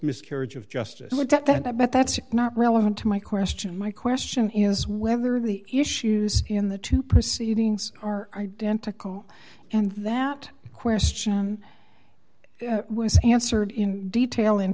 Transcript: miscarriage of justice looked at that but that's not relevant to my question my question is whether the issues in the two proceedings are identical and that question was answered in detail in